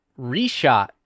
reshot